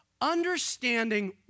Understanding